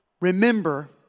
remember